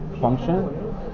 function